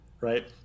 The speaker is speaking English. Right